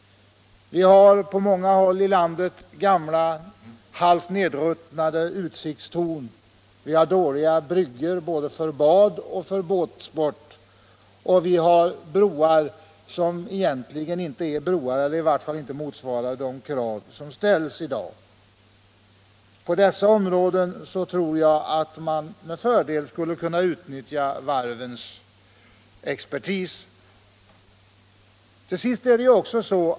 På många håll i landet har man gamla, halvt nedruttnade utsiktstorn, dåliga bryggor för bad och båtsport och broar som inte uppfyller de krav som ställs i dag. På dessa områden tror jag att varvsexpertis med fördel skulle kunna utnyttjas.